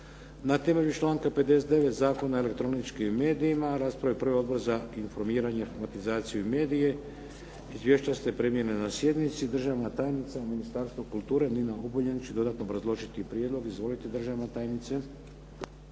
Na temelju članka 59. Zakona o elektroničkim medijima raspravu je proveo Odbor za informiranje, informatizaciju i medije. Izvješća ste primili na sjednici. Državna tajnica u Ministarstvu kulture Nina Obuljen će dodatno obrazložiti prijedlog. Izvolite državna tajnice.